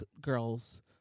girls